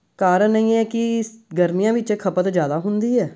ਕਾਰਨ ਇਹੀ ਹੈ ਕਿ ਗਰਮੀਆਂ ਵਿੱਚ ਖਪਤ ਜ਼ਿਆਦਾ ਹੁੰਦੀ ਹੈ